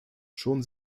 schon